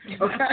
okay